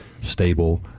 stable